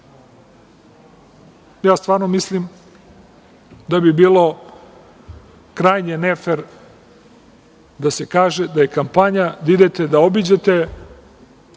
Stvarno mislim da bi bilo krajnje ne fer da se kaže da je kampanja, da idete da obiđete